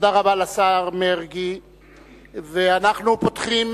אנחנו פותחים